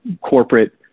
corporate